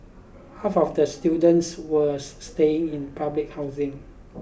half of the students was staying in public housing